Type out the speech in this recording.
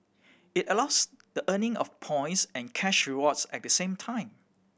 it allows the earning of points and cash rewards at the same time